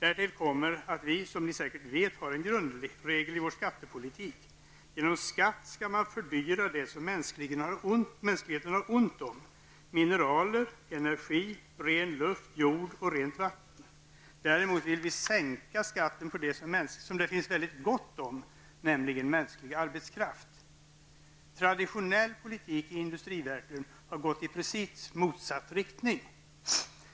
Därtill kommer den grundregel i vår skattepolitik som ni säkert känner till, nämligen att man genom skatt skall fördyra det som mänskligheten har ont om, dvs. mineraler, energi, ren luft, jord och rent vatten. Däremot vill vi sänka skatten på det som det finns väldigt gott om, nämligen mänsklig arbetskraft. Traditionell politik i industrivärlden har gått i precis motsatt riktning.